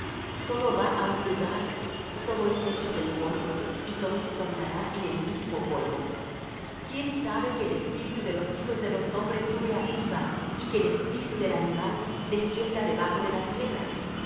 todo va á un lugar todo es hecho del polvo y todo se tornará en el mismo polvo quién sabe que el espíritu de los hijos de los hombres suba arriba y que el espíritu del animal descienda debajo de la tierra